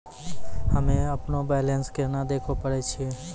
हम्मे अपनो बैलेंस केना देखे पारे छियै?